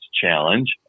challenge